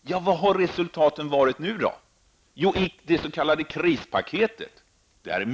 Men vad har resultatet varit? Jo, i det s.k.